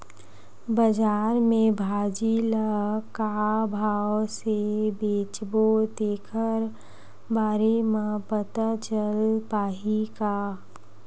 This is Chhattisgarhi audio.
बजार में भाजी ल का भाव से बेचबो तेखर बारे में पता चल पाही का?